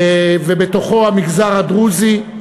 ובתוכו המגזר הדרוזי,